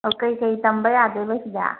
ꯑꯥ ꯀꯔꯤ ꯀꯔꯤ ꯇꯝꯕ ꯌꯥꯗꯣꯏꯕ ꯁꯤꯗ